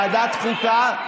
ועדת חוקה?